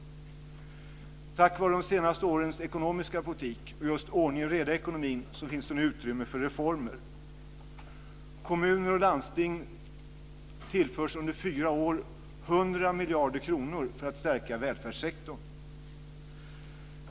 Tack vare de senaste årens ekonomiska politik och ordning och reda i ekonomin finns det nu utrymme för reformer. Kommuner och landsting tillförs under fyra år 100 miljarder kronor för att stärka välfärdssektorn.